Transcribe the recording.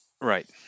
Right